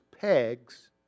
pegs